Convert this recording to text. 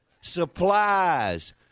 supplies